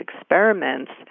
experiments